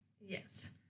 Yes